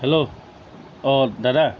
hello অঁ দাদা